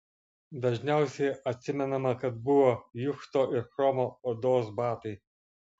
dažniausiai atsimenama kad buvo juchto ir chromo odos batai